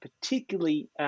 particularly –